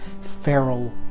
feral